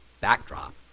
backdrop